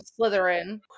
Slytherin